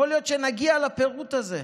יכול להיות שנגיע לפירוט הזה.